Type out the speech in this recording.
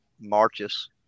Marches